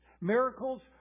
Miracles